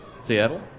Seattle